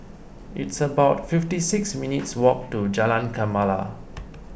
it's about fifty six minutes' walk to Jalan Gemala